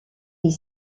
est